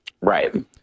Right